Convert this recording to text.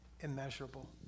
immeasurable